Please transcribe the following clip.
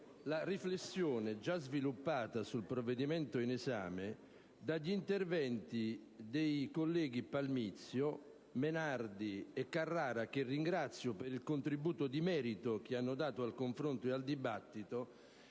la riflessione già sviluppata sul provvedimento dagli interventi dei colleghi Palmizio, Menardi e Carrara, che ringrazio per il contributo di merito che hanno dato al dibattito,